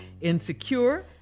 insecure